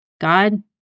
God